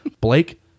blake